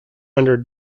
under